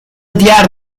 diğer